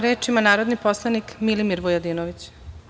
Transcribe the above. Reč ima narodni poslanik Milimir Vujadinović.